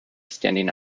standing